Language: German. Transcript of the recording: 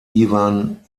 iwan